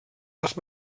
els